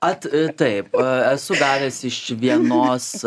at taip esu gavęs iš vienos